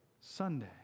Sunday